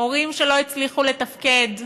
הורים שלא הצליחו לתפקד,